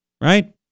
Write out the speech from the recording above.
Right